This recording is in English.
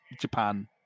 Japan